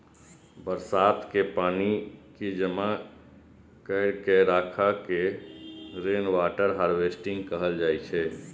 बरसात के पानि कें जमा कैर के राखै के रेनवाटर हार्वेस्टिंग कहल जाइ छै